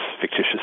fictitious